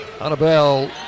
Annabelle